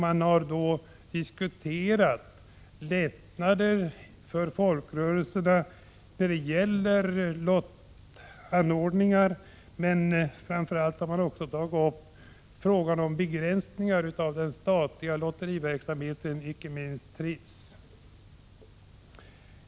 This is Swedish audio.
Man har diskuterat lättnader för folkrörelserna när det gäller lottanordningar, men framför allt har man också tagit upp frågan om begränsningar i den statliga lotteriverksamheten, inte minst Trisslotterierna.